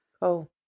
Cool